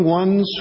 ones